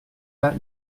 pas